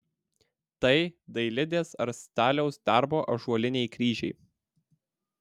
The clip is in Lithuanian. tai dailidės ar staliaus darbo ąžuoliniai kryžiai